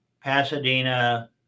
Pasadena